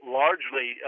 largely